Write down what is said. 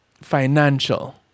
financial